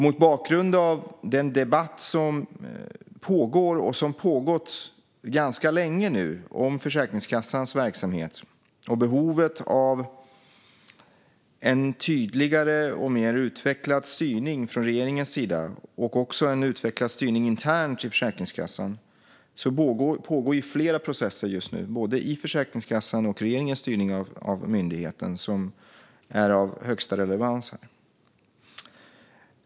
Mot bakgrund av den debatt som pågår och har pågått ganska länge om Försäkringskassans verksamhet och behovet av en tydligare och mer utvecklad styrning både av regeringen och internt inom Försäkringskassan pågår just nu flera processer såväl i Försäkringskassan som i regeringens styrning av myndigheten som är av största relevans.